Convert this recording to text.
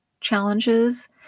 challenges